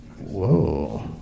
Whoa